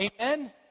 Amen